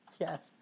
yes